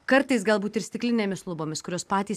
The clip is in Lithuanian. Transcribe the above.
kartais galbūt ir stiklinėmis lubomis kurios patys